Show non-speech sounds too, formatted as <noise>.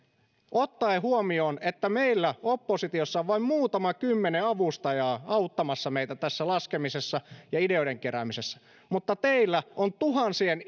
ottaen huomioon että meillä oppositiossa on vain muutama kymmenen avustajaa auttamassa meitä tässä laskemisessa ja ideoiden keräämisessä ja teillä on tuhansien <unintelligible>